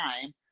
time